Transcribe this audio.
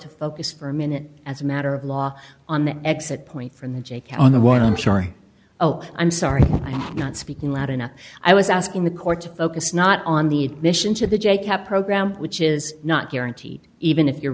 to focus for a minute as a matter of law on the exit point from the take on the one i'm sorry oh i'm sorry i'm not speaking loud enough i was asking the court to focus not on the admission to the j cap program which is not guaranteed even if you're